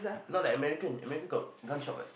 not like American America Got gunshot what